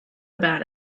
about